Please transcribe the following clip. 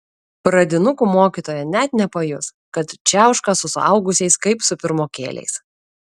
pradinukų mokytoja net nepajus kad čiauška su suaugusiais kaip su pirmokėliais